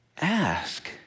ask